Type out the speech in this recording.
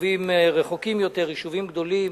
יישובים רחוקים יותר, יישובים גדולים.